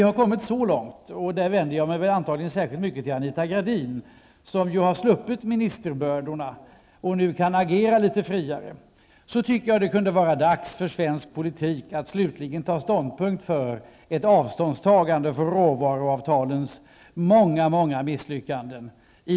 Jag vänder mig nu särskilt till Anita Gradin, som ju har sluppit ifrån ministerbördorna och kan agera litet friare. Det är nu dags för svensk politik att slutligen i den UNCTAD 8-konferens som förestår ta ställning för ett avståndstagande från råvaruavtalens många misslyckanden.